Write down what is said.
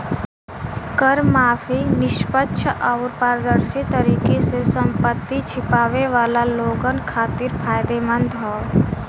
कर माफी निष्पक्ष आउर पारदर्शी तरीके से संपत्ति छिपावे वाला लोगन खातिर फायदेमंद हौ